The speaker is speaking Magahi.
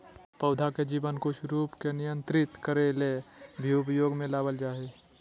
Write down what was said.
पौधा के जीवन कुछ रूप के नियंत्रित करे ले भी उपयोग में लाबल जा हइ